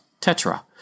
tetra